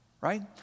right